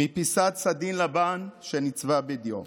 מפיסת סדין לבן שנצבע בדיו.